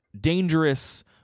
dangerous